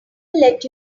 let